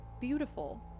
beautiful